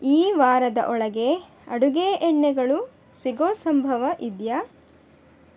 ಈ ವಾರದ ಒಳಗೇ ಅಡುಗೆ ಎಣ್ಣೆಗಳು ಸಿಗೋ ಸಂಭವ ಇದೆಯಾ